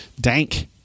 dank